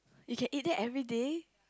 you can eat that everyday